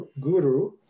guru